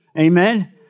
Amen